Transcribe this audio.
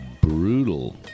brutal